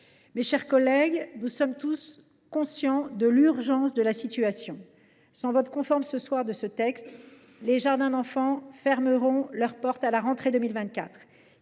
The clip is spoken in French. Mes chers collègues, nous sommes tous conscients de l’urgence de la situation. En l’absence d’un vote conforme cet après midi, les jardins d’enfants fermeront leurs portes à la rentrée 2024.